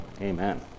Amen